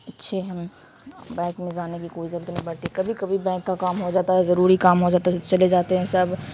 اچھی ہم بینک میں جانے کی کوئی ضرورت نہیں پڑتی کبھی کبھی بینک کا کام ہو جاتا ہے ضروری کام ہو جاتا ہے تو چلے جاتے ہیں سب